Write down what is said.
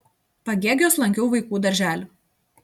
pagėgiuos lankiau vaikų darželį